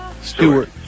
Stewart